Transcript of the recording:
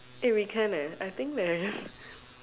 eh we can eh I think there